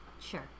Sure